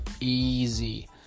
easy